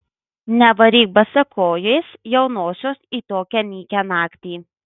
nevaryk basakojės jaunosios į tokią nykią naktį